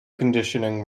conditioning